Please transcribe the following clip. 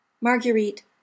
Marguerite